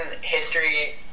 history